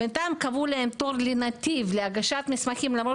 בינתיים קבעו להם תור לנתיב להגשת מסמכים למרות